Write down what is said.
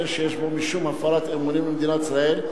שיש בו משום הפרת אמונים למדינת ישראל,